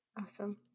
Awesome